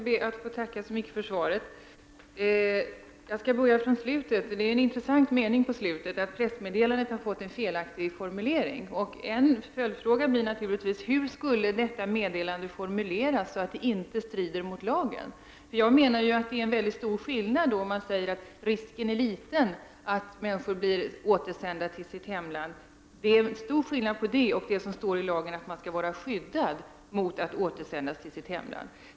Herr talman! Jag ber att få tacka så mycket för svaret. Jag börjar från slutet. Det är en intressant mening i slutet av statsrådets svar. Där står det att pressmeddelandet har fått en felaktig formulering. En följdfråga blir naturligtvis hur detta meddelande skulle formuleras, så att det inte strider mot lagen. Jag menar att det är en mycket stor skillnad mellan att säga att risken är liten att människor blir återsända till sitt hemland och det som står i lagen om att man skall vara skyddad mot att återsändas till sitt hemland.